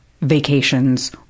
vacations